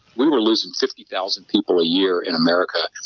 we were losing fifty thousand people a year in america.